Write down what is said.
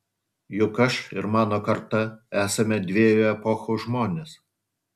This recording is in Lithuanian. juk aš ir mano karta esame dviejų epochų žmonės